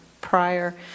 prior